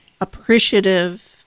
appreciative